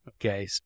Okay